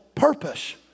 purpose